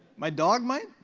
my dog might?